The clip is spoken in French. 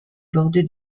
bordée